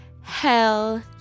Hell